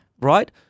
right